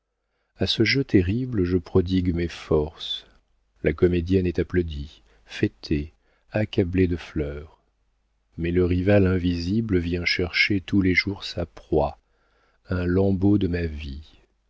a ce jeu terrible je prodigue mes forces la comédienne est applaudie fêtée accablée de fleurs mais le rival invisible vient chercher tous les jours sa proie un lambeau de ma vie